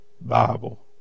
Bible